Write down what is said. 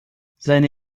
seine